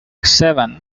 seven